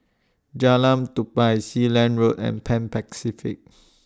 Jalan Tupai Sealand Road and Pan Pacific